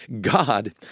God